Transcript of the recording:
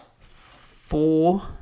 four